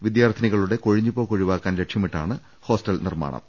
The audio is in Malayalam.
വിദ്യാർത്ഥിനികളുടെ കൊഴി ഞ്ഞുപോക്ക് ഒഴിവാക്കാൻ ലക്ഷ്യമിട്ടാണ് ഹോസ്റ്റൽ നിർമ്മാണം